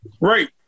Right